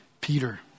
Peter